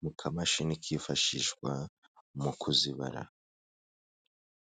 mu kamashini kifashishwa mu kuzibara.